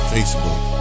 Facebook